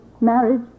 marriage